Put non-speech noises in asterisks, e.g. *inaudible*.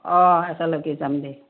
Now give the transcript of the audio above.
অঁ *unintelligible* যাম দে